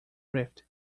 rift